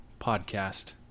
podcast